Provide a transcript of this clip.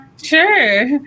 Sure